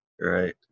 Right